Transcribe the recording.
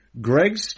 Greg